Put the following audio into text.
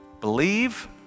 believe